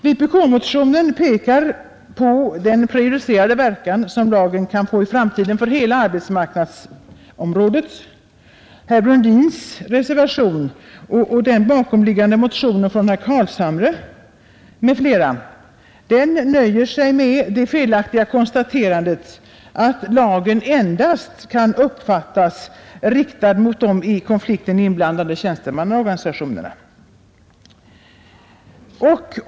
Vpk-motionen pekar på den prejudicerande verkan som lagen kan få i framtiden för hela arbetsmarknadsområdet. Herr Brundins reservation och den bakomliggande motionen av herr Carlshamre m.fl. nöjer sig med det felaktiga konstaterandet att lagen endast kan uppfattas som riktad mot de i konflikten inblandade tjänstemannaorganisationerna.